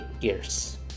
years